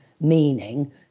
meaning